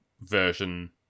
version